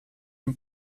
dem